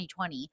2020